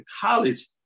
college